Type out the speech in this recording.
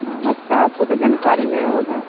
हाँ अच्छा आपको तो जानकारी नहीं होगा